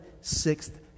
sixth